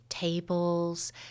Tables